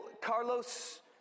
Carlos